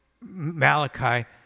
Malachi